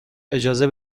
اجازه